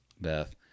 Beth